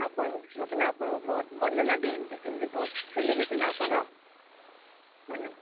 ଆପଣ ମୋତେ ନା ଆପଣଙ୍କ ବହୁତ ଭଲ ଲାଗେ ଏମିତି ସେମିତି ବହୁତ ସେଲିବ୍ରେଟି ନା ଆପଣ ମାନେ